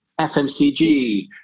FMCG